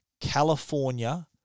California